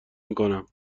میکنم